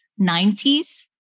90s